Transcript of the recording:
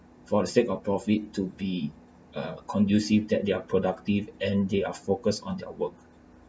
for the sake of profit to be a conducive that they're productive and they are focused on their work